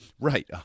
Right